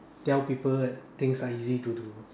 tell people that things are easy to do